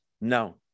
No